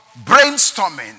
brainstorming